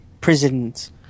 prisons